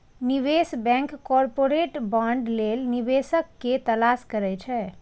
निवेश bank corporate bond लेल निवेशक के तलाश करै छै